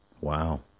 Wow